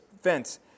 fence